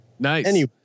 nice